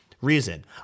reason